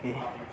भी